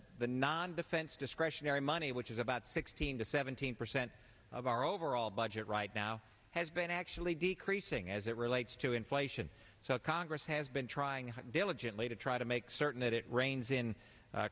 the non defense discretionary money which is about sixteen to seventeen percent of our overall budget right now has been actually decreasing as it relates to inflation so congress has been trying hard diligently to try to make certain that it rains in